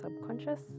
Subconscious